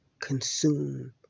consume